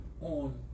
on